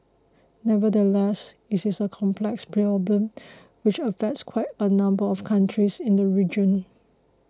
nevertheless it is a complex problem which affects quite a number of countries in the region